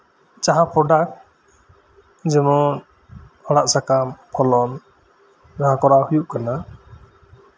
ᱡᱟᱦᱟ ᱯᱨᱚᱰᱟᱠᱴ ᱡᱮᱢᱚᱱ ᱟᱲᱟᱜ ᱥᱟᱠᱟᱢ ᱯᱷᱞᱚᱱ ᱡᱟᱦᱟᱸ ᱠᱚᱨᱟᱣ ᱦᱳᱭᱳᱜ ᱠᱟᱱᱟ